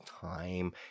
time